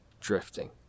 drifting